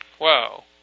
Wow